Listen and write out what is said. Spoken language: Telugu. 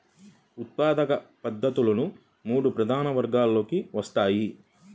ఉత్పాదక పద్ధతులు మూడు ప్రధాన వర్గాలలోకి వస్తాయి